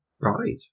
Right